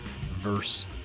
verse